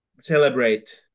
celebrate